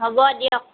হ'ব দিয়ক